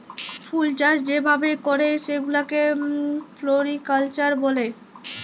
ফুলচাষ যে ভাবে ক্যরে সেগুলাকে ফ্লরিকালচার ব্যলে